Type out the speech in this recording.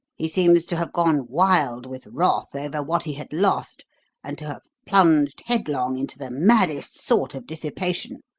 he seems to have gone wild with wrath over what he had lost and to have plunged headlong into the maddest sort of dissipation.